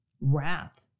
wrath